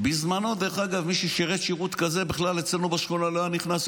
בזמנו מי ששירת שירות כזה אצלנו בשכונה בכלל לא היה נכנס,